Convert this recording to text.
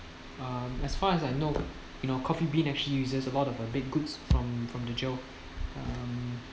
um as far as I know you know coffee bean actually uses a lot of uh baked goods from from the jail um